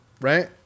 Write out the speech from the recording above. right